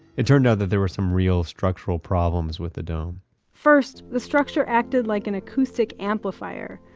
it turned out that there were some real structural problems with the dome first, the structure acted like an acoustic amplifier.